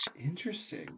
Interesting